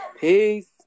Peace